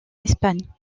espagne